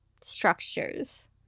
structures